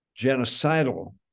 genocidal